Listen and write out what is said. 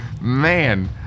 Man